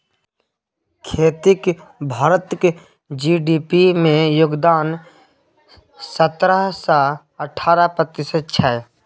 खेतीक भारतक जी.डी.पी मे योगदान सतरह सँ अठारह प्रतिशत छै